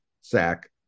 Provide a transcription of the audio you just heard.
sack